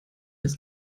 das